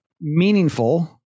meaningful